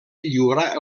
lliurar